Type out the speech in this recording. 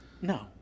No